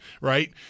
right